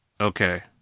Okay